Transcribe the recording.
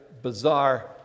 bizarre